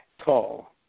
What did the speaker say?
call